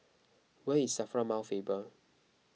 where is S A F R A Mount Faber